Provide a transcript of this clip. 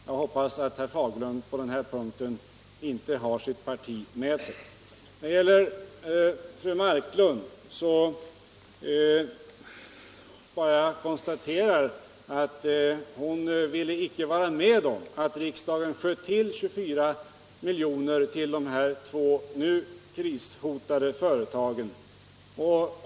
Jag hoppas att herr Fagerlund på denna punkt inte har sitt parti bakom sig. Jag konstaterar att fru Marklund inte vill vara med om att riksdagen skjuter till 24 milj.kr. till de två nu krishotade företagen.